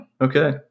Okay